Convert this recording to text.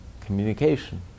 Communication